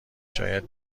شاید